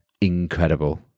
incredible